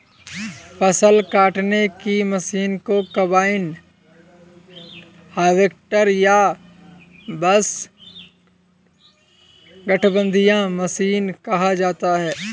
फ़सल काटने की मशीन को कंबाइन हार्वेस्टर या बस गठबंधन मशीन कहा जाता है